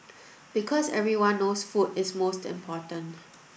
because everyone knows food is most important